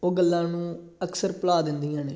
ਉਹ ਗੱਲਾਂ ਨੂੰ ਅਕਸਰ ਭੁਲਾ ਦਿੰਦੀਆਂ ਨੇ